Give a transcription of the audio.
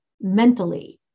mentally